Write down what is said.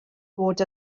bod